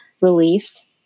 released